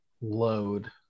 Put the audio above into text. Load